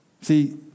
See